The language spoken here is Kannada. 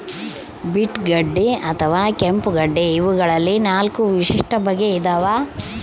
ಬೀಟ್ ಗಡ್ಡೆ ಅಥವಾ ಕೆಂಪುಗಡ್ಡೆ ಇವಗಳಲ್ಲಿ ನಾಲ್ಕು ವಿಶಿಷ್ಟ ಬಗೆ ಇದಾವ